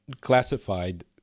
classified